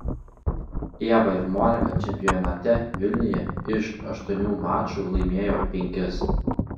ieva ir monika čempionate vilniuje iš aštuonių mačų laimėjo penkis